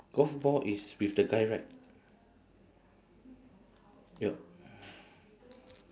golf ball is with the guy right ya